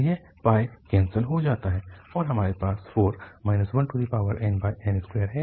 यह कैन्सल हो जाता है और हमारे पास 4 1nn2 है